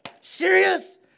serious